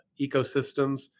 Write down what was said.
ecosystems